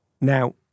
now